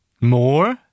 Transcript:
More